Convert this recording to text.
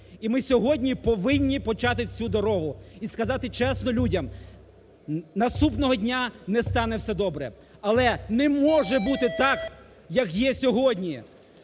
І ми сьогодні повинні почати цю дорогу і сказати чесно людям: наступного дня не стане все добре, але не можу бути так, як є сьогодні,